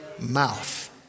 mouth